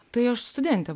tai aš studentė